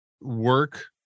work